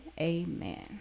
amen